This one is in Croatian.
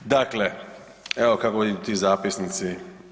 Dakle, evo kako idu ti zapisnici.